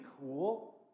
cool